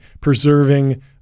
preserving